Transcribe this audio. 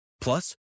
Plus